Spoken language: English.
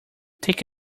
take